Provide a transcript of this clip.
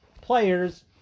players